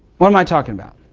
what am i talking about?